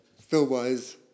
film-wise